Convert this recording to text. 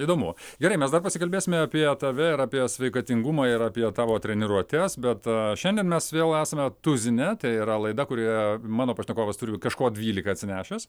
įdomu gerai mes dar pasikalbėsime apie tave ir apie sveikatingumą ir apie tavo treniruotes bet šiandien mes vėl esame tuzine tai yra laida kurioje mano pašnekovas turi kažko dvylika atsinešęs